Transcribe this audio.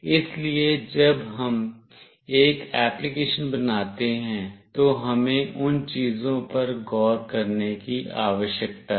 इसलिए जब हम एक एप्लीकेशन बनाते हैं तो हमें उन चीजों पर ग़ौर करने की आवश्यकता है